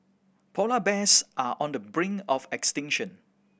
polar bears are on the brink of extinction